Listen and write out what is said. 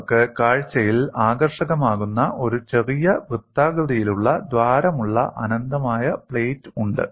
നിങ്ങൾക്ക് കാഴ്ചയിൽ ആകർഷകമാകുന്ന ഒരു ചെറിയ വൃത്താകൃതിയിലുള്ള ദ്വാരമുള്ള അനന്തമായ പ്ലേറ്റ് ഉണ്ട്